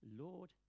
Lord